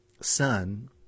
son